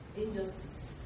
injustice